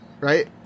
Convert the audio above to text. right